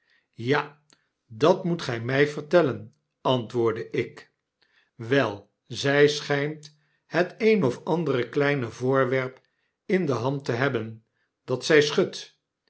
ja dat moet gy my vertellen antwoordde ik wel zij schynt het een of andere kleine voorwerp in de hand te hebben dat zij schudt